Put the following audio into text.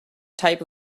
type